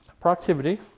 productivity